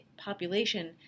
population